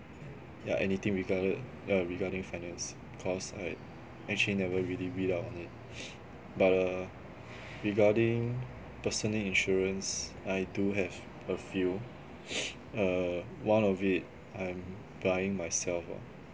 yeah anything regarded uh regarding finance because I actually never really read up on it but err regarding personal insurance I do have a few err one of it I'm buying myself ah